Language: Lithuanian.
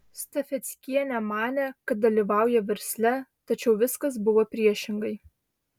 stafeckienė manė kad dalyvauja versle tačiau viskas buvo priešingai